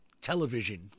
television